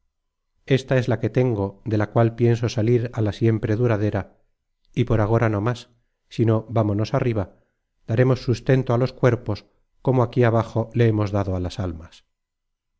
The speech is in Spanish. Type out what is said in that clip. esta es la que tengo de la cual pienso salir a la siempre duradera y por agora no más sino vámonos arriba daremos sustento á los cuerpos como aquí abajo le hemos dado a las almas